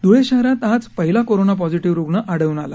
ध्रळे शहरात आज पहिला कोरोना पॉझिटीव्ह रूग्ण आढळून आला